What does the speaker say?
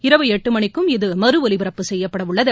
இரவு எட்டு மணிக்கும் இது மறு ஒலிபரப்பு செய்யப்படவுள்ளது